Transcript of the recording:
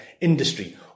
industry